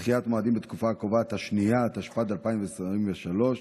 שרצו להביע את העמדה הנכונה שלהם נגד המלחמה הנוראית הזאת.